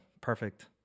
perfect